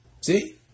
See